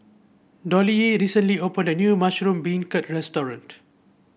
Dollye recently opened a new Mushroom Beancurd restaurant